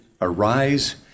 Arise